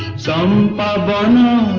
so by barlow